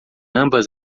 ambas